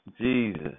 Jesus